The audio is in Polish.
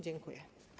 Dziękuję.